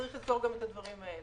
צריך לזכור גם את הדברים האלה.